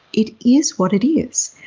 it is what it is.